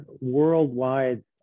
worldwide